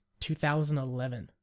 2011